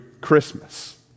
Christmas